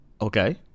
Okay